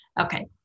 okay